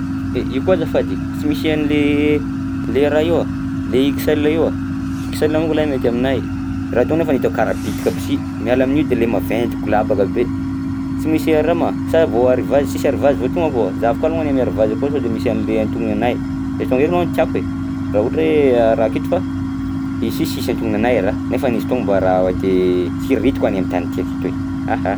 E! Io koa azafady sy misy an'le le raha io a? Le XL io a? XL manko lahy mety aminahy, raha toy nefa hitako karaha bitika aby si, miala amin'io de le maventy golabaka be. Sy misy araha ma? Sa vao arivazy, sisy arivazy vao tonga akao? Zahavo koa alongany amin'ny arivazy akao sao de misy an'le antognona anahy, izy toy ndraika aloha tiako e raha ohatra hoe araha aketo fa izy si sisy antognona anahy raha nefany izy tony mba raha de siriritiko any amin'ny tany tiaka itoy, aha.